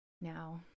now